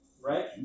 right